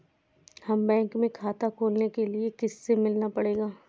हमे बैंक में खाता खोलने के लिए किससे मिलना पड़ेगा?